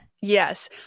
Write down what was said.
Yes